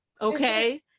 okay